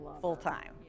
full-time